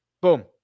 Boom